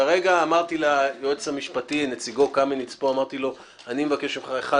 כרגע אמרתי ליועץ המשפטי נציגו קמיניץ פה אני מבקש ממך: אחד,